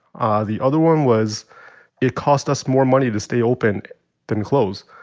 ah the other one was it cost us more money to stay open than close.